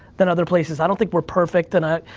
than other places. i don't think we're perfect, and i,